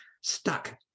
stuck